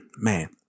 Man